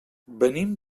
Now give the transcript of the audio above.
venim